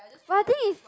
but the thing is